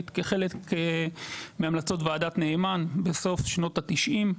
כחלק מהמלצות וועדת נאמן בסוף שנות התשעים.